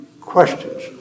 questions